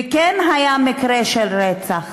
וכן היה מקרה של רצח,